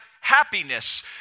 happiness